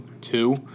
two